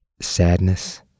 sadness